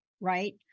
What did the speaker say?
right